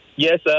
Yes